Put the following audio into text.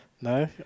No